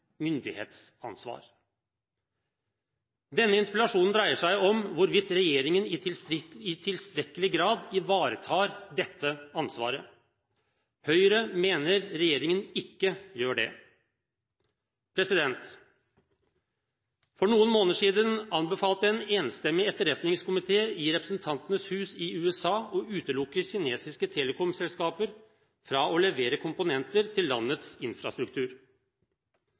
interpellasjonen dreier seg om hvorvidt regjeringen i tilstrekkelig grad ivaretar dette ansvaret. Høyre mener regjeringen ikke gjør det. For noen måneder siden anbefalte en enstemmig etterretningskomité i Representantenes hus i USA å utelukke kinesiske telekomselskaper fra å levere komponenter til landets infrastruktur.